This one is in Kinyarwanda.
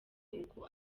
uko